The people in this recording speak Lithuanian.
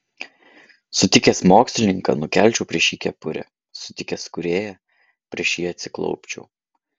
sutikęs mokslininką nukelčiau prieš jį kepurę sutikęs kūrėją prieš jį atsiklaupčiau